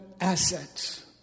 assets